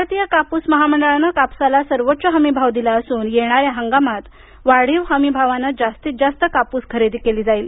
भारतीय कापूस महामंडळानं कापसाला सर्वोच्च हमी भाव दिला असून येणाऱ्या हंगामात वाढीव हमी भावानं जास्तीत जास्त कापूस खरेदी केली जाईल